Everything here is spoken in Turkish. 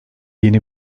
yeni